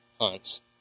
hunts